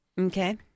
Okay